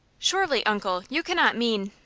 surely, uncle, you cannot mean